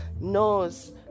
knows